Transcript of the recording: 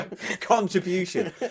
Contribution